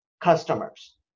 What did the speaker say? customers